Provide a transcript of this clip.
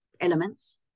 elements